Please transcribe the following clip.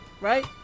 right